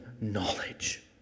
knowledge